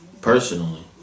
Personally